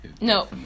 No